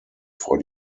vor